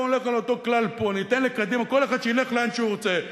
בואו נלך על אותו כלל פה: כל אחד שילך לאן שהוא רוצה.